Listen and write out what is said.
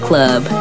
Club